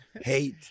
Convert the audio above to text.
hate